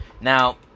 now